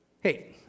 Hey